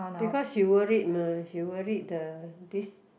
because she worried mah she worried the this